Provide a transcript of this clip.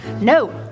No